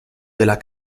della